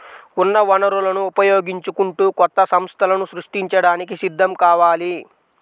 ఉన్న వనరులను ఉపయోగించుకుంటూ కొత్త సంస్థలను సృష్టించడానికి సిద్ధం కావాలి